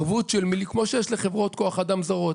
כמו שיש לחברות כוח אדם זרות.